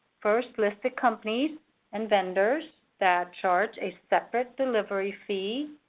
first, list the companies and vendors that charge a separate delivery fee.